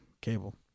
cable